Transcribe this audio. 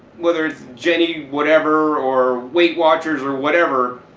whether it's jenny whatever, or weight watchers or whatever,